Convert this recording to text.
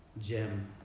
gem